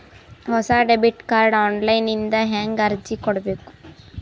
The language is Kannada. ಹೊಸ ಡೆಬಿಟ ಕಾರ್ಡ್ ಆನ್ ಲೈನ್ ದಿಂದ ಹೇಂಗ ಅರ್ಜಿ ಕೊಡಬೇಕು?